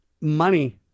money